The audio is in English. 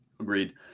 Agreed